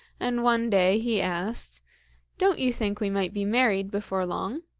and one day he asked don't you think we might be married before long